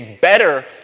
better